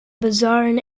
bizarre